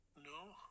No